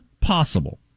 possible